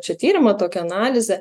čia tyrimą tokią analizę